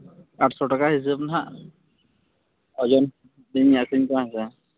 ᱟᱴ ᱥᱚ ᱴᱟᱠᱟ ᱦᱤᱥᱟᱹᱵᱽ ᱦᱟᱸᱜ ᱳᱡᱳᱱ ᱛᱮᱞᱤᱧ ᱟᱹᱠᱷᱨᱤᱧ ᱠᱚᱣᱟ ᱦᱮᱸᱥᱮ